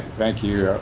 thank you yeah